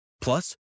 plus